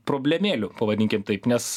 problemėlių pavadinkim taip nes